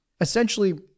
Essentially